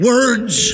Words